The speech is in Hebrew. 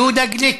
יהודה גליק.